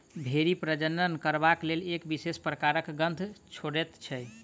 भेंड़ी प्रजनन करबाक लेल एक विशेष प्रकारक गंध छोड़ैत छै